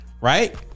Right